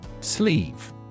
Sleeve